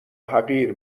حقیر